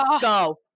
Go